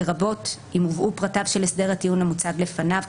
לרבות אם הובאו פרטיו של הסדר הטיעון המוצג לפניו,